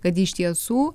kad iš tiesų